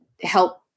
help